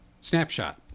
snapshot